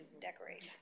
decorate